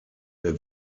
der